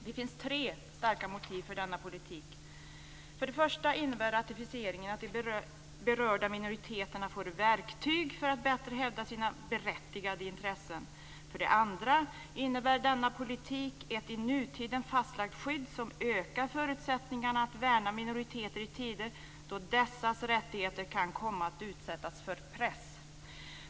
Det finns tre starka motiv för denna politik. För det första innebär ratificeringen att de berörda minoriteterna får verktyg för att bättre hävda sina berättigade intressen. För det andra innebär denna politik ett i nutiden fastlagt skydd som ökar förutsättningarna att värna minoriteter i tider då dessas rättigheter kan komma att utsättas för press.